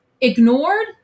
ignored